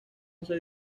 doce